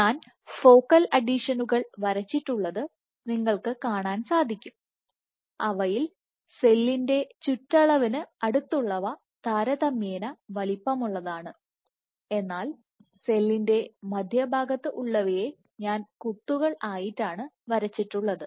ഞാൻ ഫോക്കൽ അഡീഷനുകൾ വരച്ചിട്ടുള്ളത് നിങ്ങൾക്ക് കാണാൻ സാധിക്കും അവയിൽ സെല്ലിന്റെ ചുറ്റളവിന്അടുത്തുള്ളവ താരതമ്യേന വലിപ്പമുള്ളതാണ് എന്നാൽ സെല്ലിന്റെ മധ്യഭാഗത്ത് ഉള്ളവയെ ഞാൻ കുത്തുകൾ ആയിട്ടാണ് വരച്ചിട്ടുള്ളത്